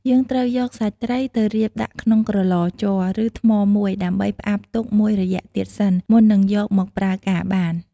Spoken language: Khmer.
យើងត្រូវយកសាច់ត្រីទៅរៀបដាក់ក្នុងក្រឡជ័រ ឬ ថ្មមួយ ដើម្បីផ្អាប់ទុកមួយរយៈទៀតសិន មុននឹងយកមកប្រើការបាន។